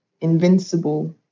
invincible